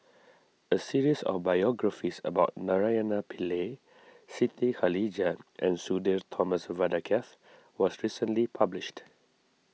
a series of biographies about Naraina Pillai Siti Khalijah and Sudhir Thomas Vadaketh was recently published